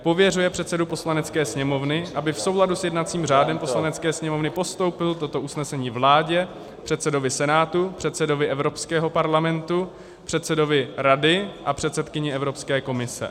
Pověřuje předsedu Poslanecké sněmovny, aby v souladu s jednacím řádem Poslanecké sněmovny postoupil toto usnesení vládě, předsedovi Senátu, předsedovi Evropského parlamentu, předsedovi Rady a předsedkyni Evropské komise.